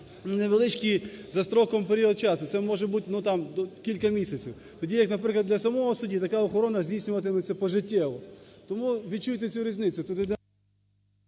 невеличкий за строком період часу, це може бути кілька місяців. Тоді як, наприклад, для самого судді така охорона здійснюватиметься пожиттєво. Тому відчуйте цю різницю…